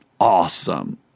awesome